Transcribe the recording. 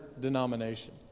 denomination